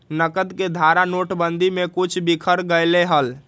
नकद के धारा नोटेबंदी में कुछ बिखर गयले हल